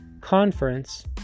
conference